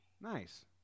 Nice